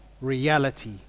reality